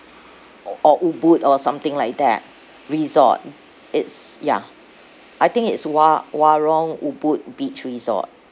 or or ubud or something like that resort it's ya I think it's wa~ warong ubud beach resort